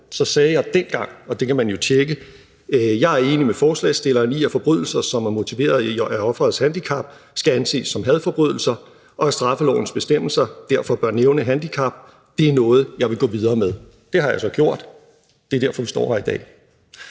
sagde jeg dengang – og det kan man jo tjekke: »Jeg er enig med forslagsstillerne i, at forbrydelser, som er motiveret af offerets handicap, skal anses som hadforbrydelser, og at straffelovens bestemmelser derfor bør nævne handicap; det er noget, jeg vil gå videre med.« Det har jeg så gjort – det er derfor, vi står her i dag.